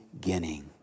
Beginning